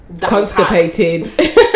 Constipated